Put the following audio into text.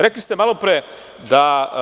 Rekli ste malopre da